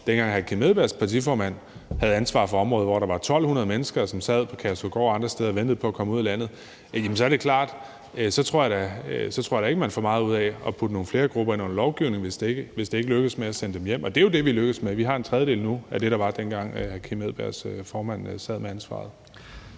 dengang hr. Kim Edberg Andersens partiformand havde ansvaret for området, og hvor der var 1.200 mennesker, som sad på Kærshovedgård og andre steder og ventede på at komme ud af landet, og jeg tror da ikke, man får meget ud af at putte nogle flere grupper ind under lovgivningen, hvis det ikke lykkes med at sende dem hjem. Og det er jo det, vi er lykkedes med, for vi har nu en tredjedel af dem, der var, dengang hr. Kim Edberg Andersens formand sad med ansvaret.